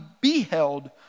beheld